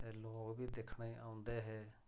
ते लोक बी दिक्खने गी औंदे हे